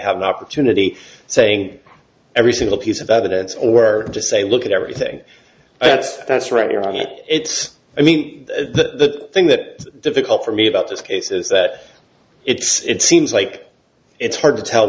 have an opportunity saying every single piece of evidence or just say look at everything that's that's right here on it it's i mean the thing that difficult for me about this case is that it's it seems like it's hard to tell